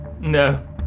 No